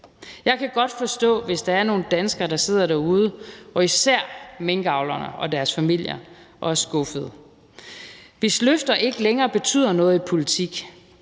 Jeg kan godt forstå, hvis der er nogle danskere, der sidder derude – og især minkavlerne og deres familier – og er skuffede. Hvis løfter ikke længere betyder noget i politik,